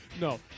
No